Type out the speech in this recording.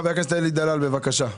חבר הכנסת אלי דלל, בבקשה.